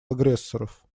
агрессоров